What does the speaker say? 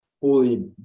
fully